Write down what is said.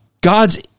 God's